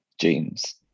jeans